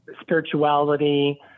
spirituality